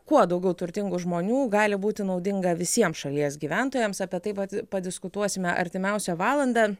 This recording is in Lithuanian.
kuo daugiau turtingų žmonių gali būti naudinga visiems šalies gyventojams apie tai pat padiskutuosime artimiausią valandą